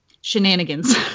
shenanigans